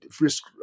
risk